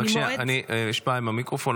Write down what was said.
רק שנייה, יש בעיה עם המיקרופון.